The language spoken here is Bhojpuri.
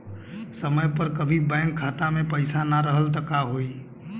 समय पर कभी बैंक खाता मे पईसा ना रहल त का होई?